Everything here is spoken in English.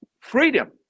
freedom